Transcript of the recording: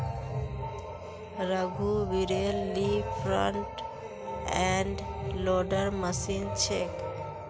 रघुवीरेल ली front end loader machine छेक